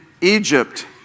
Egypt